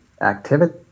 activity